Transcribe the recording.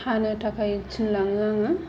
हानो थाखाय थिनलाङो जों